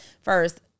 first